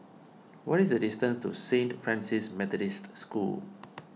what is the distance to Saint Francis Methodist School